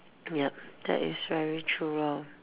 yup that is very true lor